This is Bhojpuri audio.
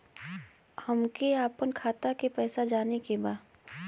हमके आपन खाता के पैसा जाने के बा